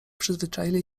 przyzwyczaili